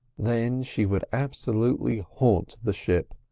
then she would absolutely haunt the ship.